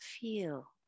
feel